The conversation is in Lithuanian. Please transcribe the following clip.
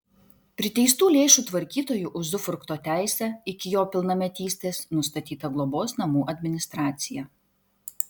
priteistų lėšų tvarkytoju uzufrukto teise iki jo pilnametystės nustatyta globos namų administracija